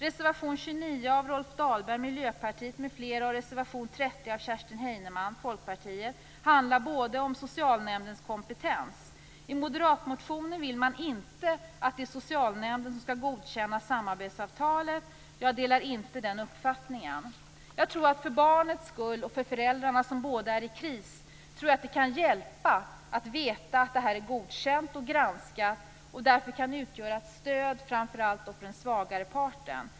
Reservation 29 av Rolf Dahlberg m.fl. och reservation 30 av Kerstin Heinemann handlar om socialnämndens kompetens. I moderatmotionen vill man inte att det är socialnämnden som skall godkänna samarbetssamtalet. Jag delar inte den uppfattningen. För barnens skull och för föräldrarna som båda är i kris tror jag att det kan hjälpa att veta att det hela är godkänt och granskat. Det kan därför utgöra ett stöd bl.a. för den svagare parten.